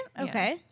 Okay